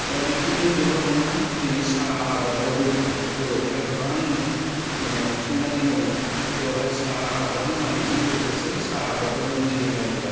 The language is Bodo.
दा बिब्दिहै बेल' नङा दिनै साहा आबादावबो बर'फोरा गोबां माने हाबसननानै दङ बेवहाय साहा आबादनि मालिकजों लोगोसे साहा आबादाव मजुरि मावग्रा